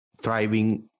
thriving